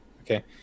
okay